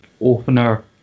opener